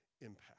impact